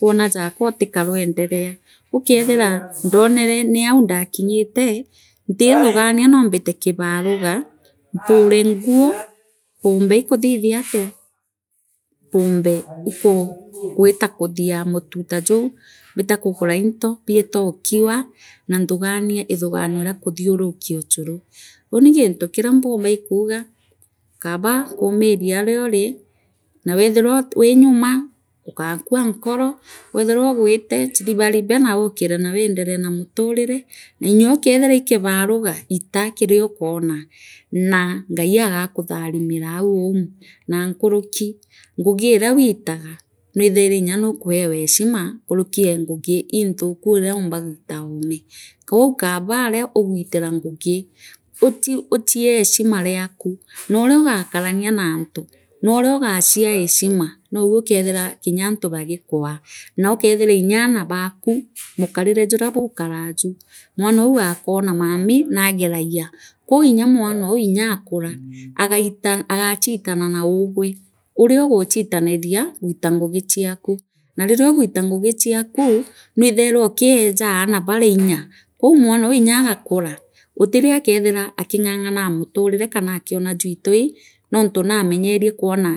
wona jaka utikoroendaree likethira ndoonire niau ndakingite ntiithugania ndomite kibaruga mpura nguli mpumba ii kuthithiatia mpumbe likuu gwita kathia mutu taa juu mbita kugura into biita likiwa na nthugania ithugania ria kuthiuruka uchuni uni giathi kiria mpumbe iikuaga kaaba kaumina ariori naa wethirwa li lirinyama waakua nkoro weethirwe lii lirinyuma waakua nkoro weethirwe ligwiite chiribaribe na lilikire ra wenderee na muturire na inyookethira ili kibaninga iita kiriokora naa ngai agakutharimika au liu na nkuruki ngugi iria wiitaga nwithaina nya nukaewa heshina nkuruki ee njigi inthuku uria lilimba gwita oome kou kaaba aria ugwitiira ngugi uchi uchiee heshima niaku noonia ooga karamu naantu nooria ugaachia heshima nou likethira ingaa anti bagikwaa nalikethira nyaana baaku mukarire inyaa anti bagi kwaa naukethira nyaana baaku mukarire juna bukaraaju mwenou akoona maami naageragia Mukomboroo nonth gakombora naaku aathugee tigakwoga nontu utitwa wii nkombo ya guture kuria nyomba kaaba riria wiinaku nyeethira ugaaka ee mabati ligaaka lakini likamba kauma plotine chaitha likeethira wiinaku aku ii ungwite aaku nkuruki ee litura liringangairwa miara ii nyumba chiaitha lilini lintu buria mpumbaa ikuugaa linimpendaa kwithirwa ndira aakwa ntikeethirwe ngaatiraa au aana baakwa bakirikia baantiguo miatene. Kwou ni nya mwanou nyaakuraa agaita agachitara na agwa uria ugu chutaniria gwita ngagi chiauu na ririgwita ngugi chiatu nwithaira ukijaa aana baria inya kwou mwanou nyaa agakuraa gutirio akoothira aking’ang’ana muthiri kana akiona jwitwa nontu naamenyene kwona